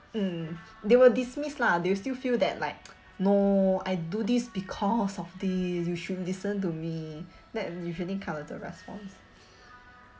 mm they will dismiss lah they'll still feel that like no I do this because of this you should listen to me that usually kind of the response